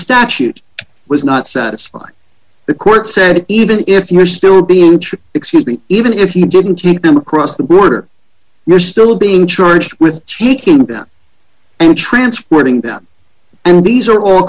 statute was not satisfied the court said even if you're still being true excuse me even if you didn't take them across the border you're still being charged with taking them and transporting them and these are all